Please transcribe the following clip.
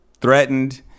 threatened